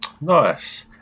Nice